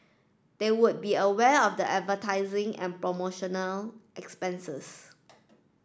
they would be aware of the advertising and promotional expenses